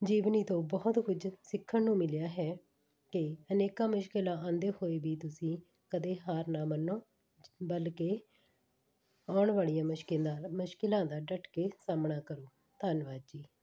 ਜੀਵਨੀ ਤੋਂ ਬਹੁਤ ਕੁਝ ਸਿੱਖਣ ਨੂੰ ਮਿਲਿਆ ਹੈ ਕਿ ਅਨੇਕਾਂ ਮੁਸ਼ਕਲਾਂ ਆਉਂਦੇ ਹੋਏ ਵੀ ਤੁਸੀਂ ਕਦੇ ਹਾਰ ਨਾ ਮੰਨੋ ਬਲਕਿ ਆਉਣ ਵਾਲੀਆਂ ਮੁਸ਼ਕਲਾਂ ਦਾ ਮੁਸ਼ਕਲਾਂ ਦਾ ਡੱਟ ਕੇ ਸਾਹਮਣਾ ਕਰੋ ਧੰਨਵਾਦ ਜੀ